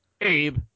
Abe